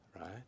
right